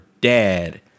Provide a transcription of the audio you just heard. dad